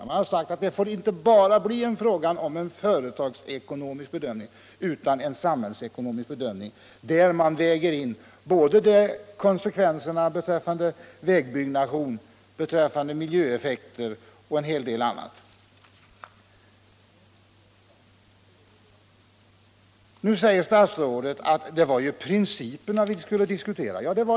Riksdagen har sagt att det får inte bara bli fråga om en företagsekonomisk bedömning utan det måste också göras en samhällsekonomisk bedömning, där man väger in konsekvenserna för vägbyggnation, miljöeffekter och en hel del annat. Nu säger statsrådet att det var ju principerna vi skulle diskutera.